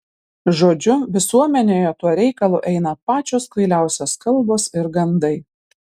žodžiu visuomenėje tuo reikalu eina pačios kvailiausios kalbos ir gandai